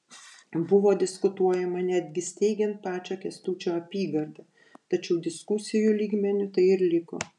buvo diskutuojama netgi steigiant pačią kęstučio apygardą tačiau diskusijų lygmeniu tai ir liko